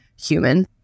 human